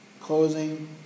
closing